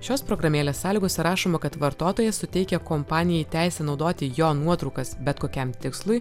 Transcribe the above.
šios programėlės sąlygose rašoma kad vartotojas suteikia kompanijai teisę naudoti jo nuotraukas bet kokiam tikslui